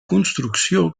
construcció